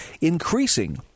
increasing